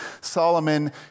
Solomon